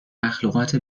مخلوقات